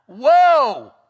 Whoa